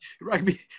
Rugby